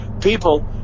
people